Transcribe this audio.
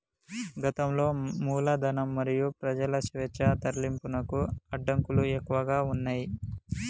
గతంలో మూలధనం మరియు ప్రజల స్వేచ్ఛా తరలింపునకు అడ్డంకులు ఎక్కువగా ఉన్నయ్